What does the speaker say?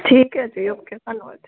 ਠੀਕ ਹੈ ਜੀ ਓਕੇ ਧੰਨਵਾਦ ਜੀ